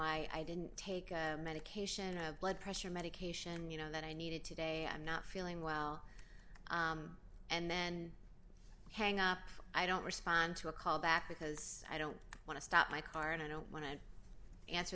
i didn't take medication a blood pressure medication you know that i needed today i'm not feeling well and then hang up i don't respond to a call back because i don't want to stop my car and i don't want to answer